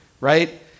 right